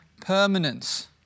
permanence